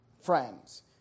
friends